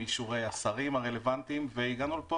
אישורי השרים הרלוונטיים והגענו לפה